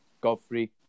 Godfrey